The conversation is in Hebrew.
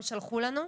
לא?